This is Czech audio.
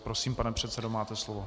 Prosím, pane předsedo, máte slovo.